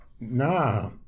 nah